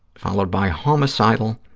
followed by homicidal,